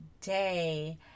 today